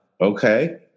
Okay